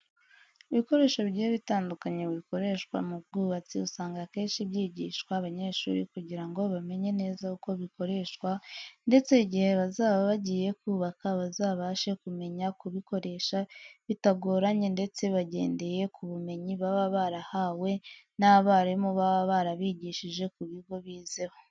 Ibikoresho bigiye bitandukanye bikoreshwa mu bwubatsi usanga akenshi byigishwa abanyeshuri kugira ngo bamenye neza uko bikoreshwa ndetse igihe bazaba bagiye kubaka bazabashe kumenya kubikoresha bitagoranye ndetse bagendeye ku bumenyi baba barahawe n'abarimu baba barabigishije ku bigo bizeho.